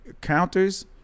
counters